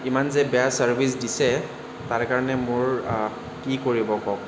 ইমান যে বেয়া চাৰ্ভিচ দিছে তাৰ কাৰণে মোৰ কি কৰিব কওক